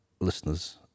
listeners